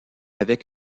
avec